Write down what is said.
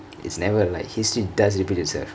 it's never like history does repeat itself